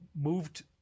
moved